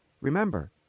Remember